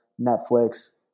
Netflix